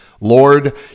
Lord